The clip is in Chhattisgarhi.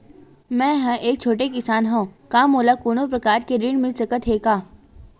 मै ह एक छोटे किसान हंव का मोला कोनो प्रकार के ऋण मिल सकत हे का?